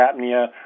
apnea